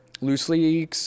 loosely